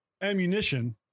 Ammunition